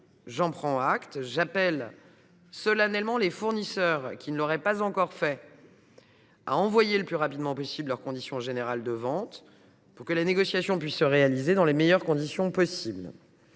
j’en prends acte. J’appelle solennellement les fournisseurs qui ne l’auraient pas encore fait à envoyer le plus rapidement possible leurs conditions générales de vente pour que les négociations puissent se réaliser dans les meilleures conditions possible.